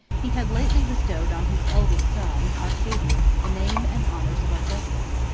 he had lately bestowed on his eldest son, arcadius, the name and honors of augustus,